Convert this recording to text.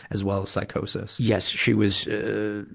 as well as psychosis. yes. she was, ah, ah,